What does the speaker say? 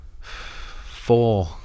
four